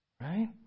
Right